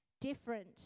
different